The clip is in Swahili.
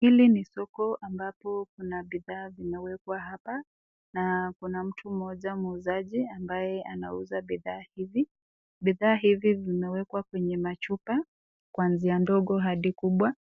Hili ni soko ambapo kuna bidhaa vimewekwa hapo. Na kuna mtu mmoja muuzaji ambaye anauza bidhaa hivi. Bidhaa hivi vimewekwa kwenye machupa,,kuanzia ndogo hadi kubwa.